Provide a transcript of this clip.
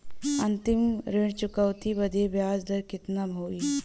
अंतिम ऋण चुकौती बदे ब्याज दर कितना होई?